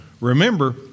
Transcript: Remember